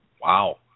Wow